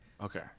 Okay